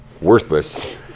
worthless